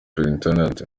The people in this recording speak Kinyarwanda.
supt